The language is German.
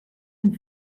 dem